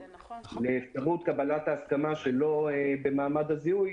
לאפשרות קבלת ההסכמה שלא במעמד הזיהוי,